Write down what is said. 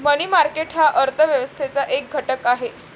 मनी market हा अर्थ व्यवस्थेचा एक घटक आहे